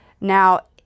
Now